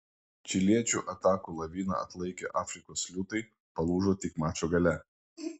čiliečių atakų laviną atlaikę afrikos liūtai palūžo tik mačo gale